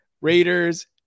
Raiders